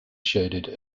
shaded